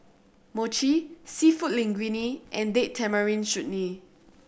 Mochi Seafood Linguine and Date Tamarind Chutney